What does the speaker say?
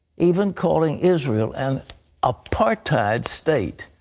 even calling israel an apartheid state.